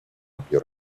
ampio